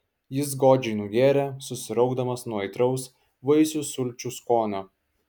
jis godžiai nugėrė susiraukdamas nuo aitraus vaisių sulčių skonio